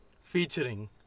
Featuring